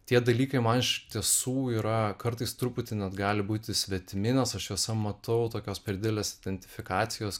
tie dalykai man iš tiesų yra kartais truputį net gali būti svetimi nes aš juose matau tokios per didelės identifikacijos